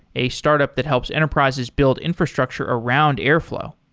a startup that helps enterprises build infrastructure around airflow.